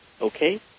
Okay